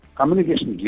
communication